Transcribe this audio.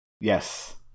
Yes